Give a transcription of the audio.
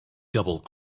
double